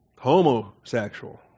Homosexual